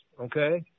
okay